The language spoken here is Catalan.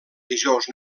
dijous